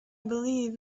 believe